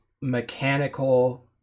mechanical